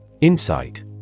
Insight